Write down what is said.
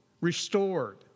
restored